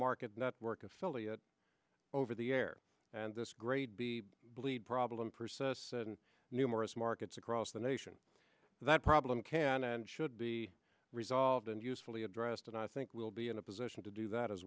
market network affiliate over the air and this grade b bleed problem persists and numerous markets across the nation that problem can and should be resolved and usefully addressed and i think we'll be in a position to do that as